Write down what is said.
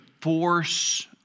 force